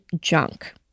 junk